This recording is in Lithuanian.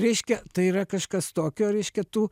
reiškia tai yra kažkas tokio reiškia tu